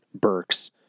Burks